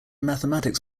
mathematics